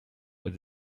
with